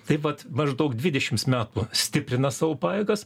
taip vat maždaug dvidešims metų stiprina savo pajėgas